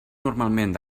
normalment